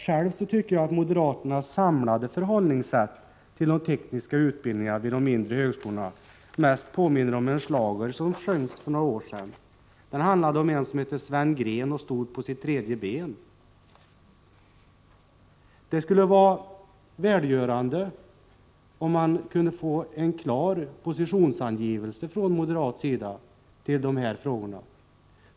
Själv tycker jag att moderaternas samlade förhållningssätt till de tekniska utbildningarna vid de mindre högskolorna mest påminner om en schlager som sjöngs för några år sedan. Den handlade om en som hette Sven Gren och stod på sitt tredje ben. Det skulle vara välgörande om man kunde få en klar positionsangivelse från moderat sida till dessa frågor.